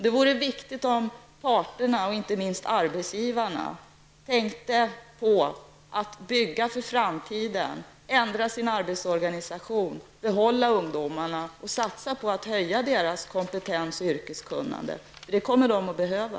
Det vore viktigt om parterna, och inte minst arbetsgivarna, tänkte på att bygga för framtiden, att ändra sin arbetsorganisation, behålla ungdomarna och satsa på att höja deras kompetens och yrkeskunnande. Det kommer de att behöva.